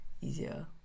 easier